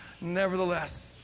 Nevertheless